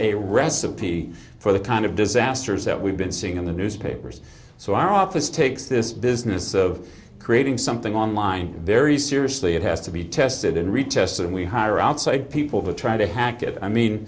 a recipe for the kind of disasters that we've been seeing in the newspapers so our office takes this business of creating something online very seriously it has to be tested and retested and we hire outside people who try to hack it i mean